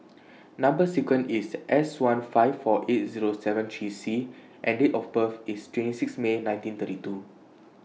Number sequence IS S one five four eight Zero seven three C and Date of birth IS twenty six May nineteen thirty two